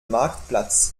marktplatz